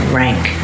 rank